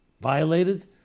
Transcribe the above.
violated